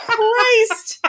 Christ